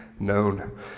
known